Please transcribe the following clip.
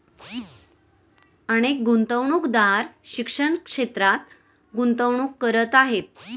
अनेक गुंतवणूकदार शिक्षण क्षेत्रात गुंतवणूक करत आहेत